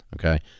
Okay